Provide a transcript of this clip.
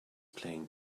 playing